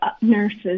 nurses